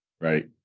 Right